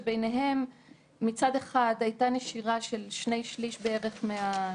שביניהם: מצד אחד הייתה נשירה של בערך שני שליש מהמשתקמות,